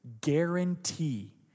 guarantee